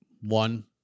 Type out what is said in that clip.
one